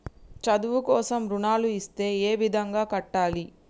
చదువు కోసం రుణాలు ఇస్తే ఏ విధంగా కట్టాలి?